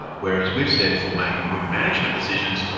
ah whereas we've said for making good management decisions,